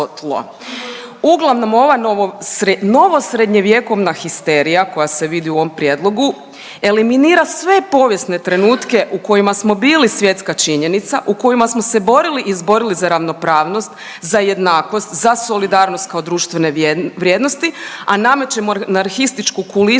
Uglavnom ova novo srednjevjekovna histerija koja se vidi u ovom prijedlogu, eliminira sve povijesne trenutke u kojima smo bili svjetska činjenica, u kojima smo se borili i izborili za ravnopravnost, za jednakost, za solidarnost kao društvene vrijednosti, a namećemo anarhističku kulisu